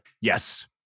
Yes